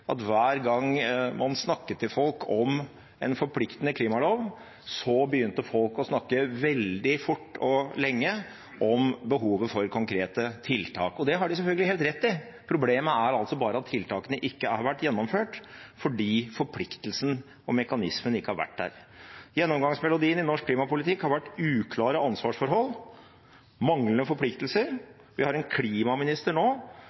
at hver gang man snakket til folk om en forpliktende klimalov, begynte de å snakke veldig fort og lenge om behovet for konkrete tiltak. Det har de selvfølgelig helt rett i. Problemet er bare at tiltakene ikke har vært gjennomført, fordi forpliktelsen og mekanismen ikke har vært der. Gjennomgangsmelodien i norsk klimapolitikk har vært uklare ansvarsforhold og manglende forpliktelser. Vi har en klimaminister nå